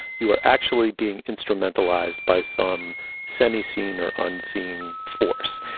you are actually being instrumentalized by some semi seen or unseen force.